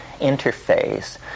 interface